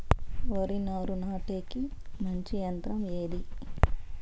వరి నారు నాటేకి మంచి యంత్రం ఏది?